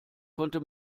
konnte